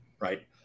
right